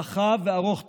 רחב וארוך טווח.